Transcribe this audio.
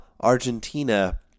Argentina